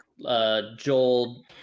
Joel